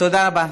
תודה רבה.